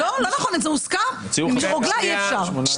משפט אחרון.